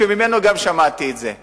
שגם ממנו שמעתי את זה.